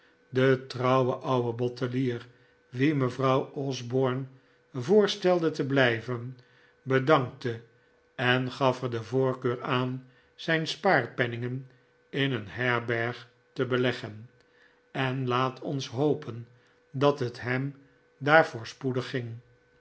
de trouwe oude bottelier wien mevrouw osborne voorstelde te blijven bedankte en gaf er de voorkeur aan zijn spaarpennigen in een herberg te beleggen en laat ons hopen dat het hem daar voorspoedig ging